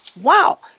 Wow